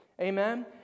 Amen